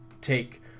take